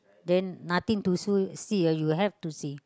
then nothing to see see ah you have to see